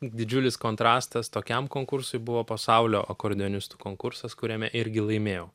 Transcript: didžiulis kontrastas tokiam konkursui buvo pasaulio akordeonistų konkursas kuriame irgi laimėjau